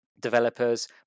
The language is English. developers